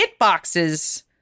hitboxes